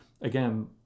again